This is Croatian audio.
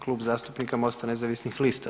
Klub zastupnika MOST-a nezavisnih lista.